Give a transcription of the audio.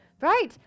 Right